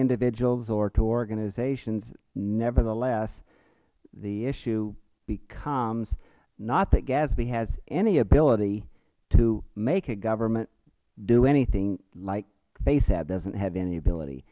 individuals or to organizations nevertheless the issue becomes not that gasb has any ability to make a government do anything like fasab doesnt have any ability